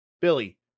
Billy